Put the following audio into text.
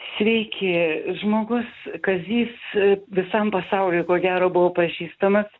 sveiki žmogus kazys visam pasauliui ko gero buvo pažįstamas